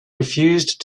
refused